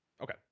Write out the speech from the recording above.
Okay